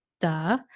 duh